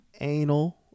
anal